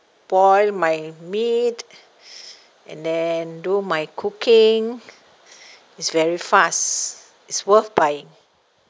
boil my meat and then do my cooking it's very fast it's worth buying